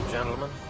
Gentlemen